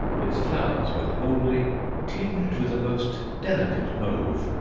its flowers were wholly tinged with a most delicate mauve,